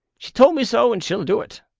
she told me so, and she'll do it.